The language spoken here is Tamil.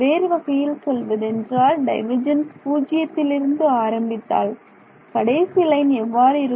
வேறு வகையில் சொல்வதென்றால் டைவர்ஜென்ஸ் பூஜ்ஜியத்திலிருந்து ஆரம்பித்தால் கடைசி லைன் எவ்வாறு இருக்கும்